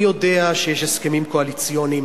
אני יודע שיש הסכמים קואליציוניים,